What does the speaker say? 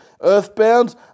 Earthbound